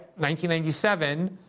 1997